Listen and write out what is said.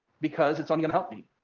because it's um gonna help me.